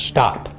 Stop